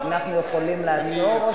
אין שר.